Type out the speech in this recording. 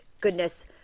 goodness